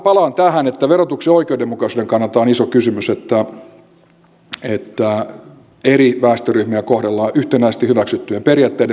palaan tähän että verotuksen oikeudenmukaisuuden kannalta on iso kysymys että eri väestöryhmiä kohdellaan yhtenäisesti hyväksyttyjen periaatteiden mukaisesti